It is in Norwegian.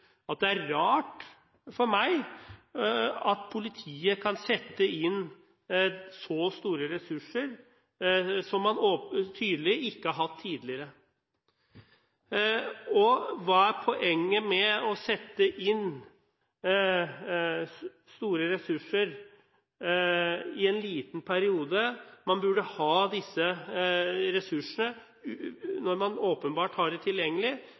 ressurser, er det rart for meg at politiet kan sette inn så store ressurser, som man tydelig ikke har hatt tidligere. Hva er poenget med å sette inn store ressurser i en liten periode? Man burde ha disse ressursene – når man åpenbart har dem tilgjengelig